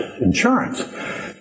insurance